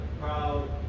proud